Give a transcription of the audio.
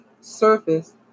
surface